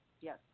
Yes